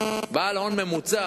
בעל הון ממוצע